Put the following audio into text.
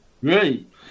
Great